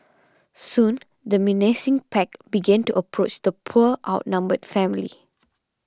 soon the menacing pack began to approach the poor outnumbered family